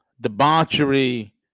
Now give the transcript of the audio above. debauchery